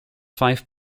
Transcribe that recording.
five